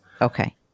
Okay